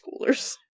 schoolers